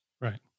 right